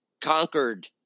conquered